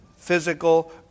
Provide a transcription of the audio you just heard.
physical